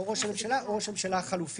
או ראש הממשלה או ראש הממשלה החלופי.